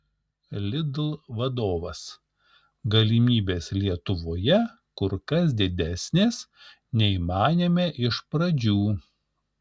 lidl vadovas galimybės lietuvoje kur kas didesnės nei manėme iš pradžių